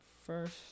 First